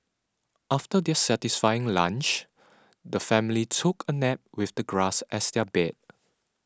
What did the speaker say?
after their satisfying lunch the family took a nap with the grass as their bed